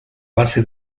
base